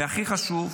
והכי חשוב,